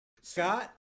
Scott